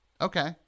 Okay